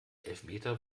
elfmeter